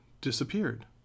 disappeared